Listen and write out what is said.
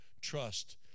trust